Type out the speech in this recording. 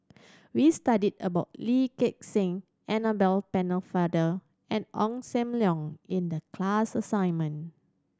we studied about Lee Gek Seng Annabel Pennefather and Ong Sam Leong in the class assignment